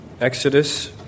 Exodus